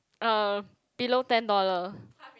uh below ten dollar